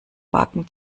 backen